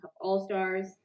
all-stars